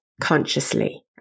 consciously